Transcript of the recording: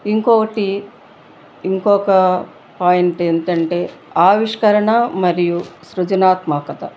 ఇంకొటి ఇంకొక పాయింట్ ఏంటంటే ఆవిష్కరణ మరియు సృజనాత్మకత